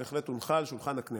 אבל בהחלט הונחה על שולחן הכנסת.